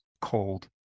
cold